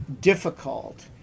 difficult